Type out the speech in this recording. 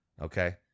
Okay